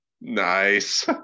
Nice